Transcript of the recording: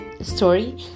story